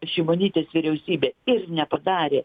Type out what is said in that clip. šimonytės vyriausybė ir nepadarė